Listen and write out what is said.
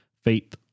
faith